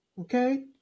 Okay